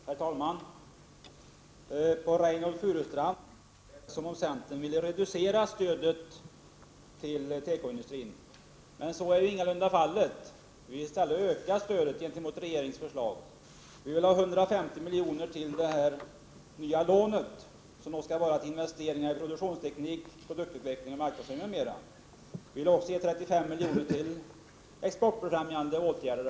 Herr talman! Det lät på Reynoldh Furustrand som om centern vill reducera stödet till tekoindustrin. Så är ingalunda fallet. Vi vill i stället öka stödet i förhållande till regeringens förslag. Vi vill ha 150 miljoner till det nya lånet för investeringar i produktionsteknik, produktutveckling, marknadsföring m.m., och vi vill också ge 35 miljoner till exportbefrämjande åtgärder.